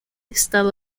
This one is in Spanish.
estado